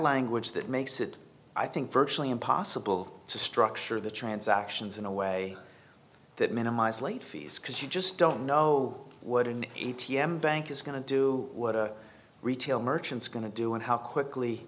language that makes it i think virtually impossible to structure the transactions in a way that minimize late fees because you just don't know what an a t m bank is going to do what a retail merchants going to do and how quickly